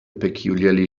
peculiarly